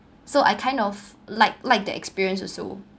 so I kind of like like the experience also